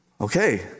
okay